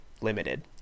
limited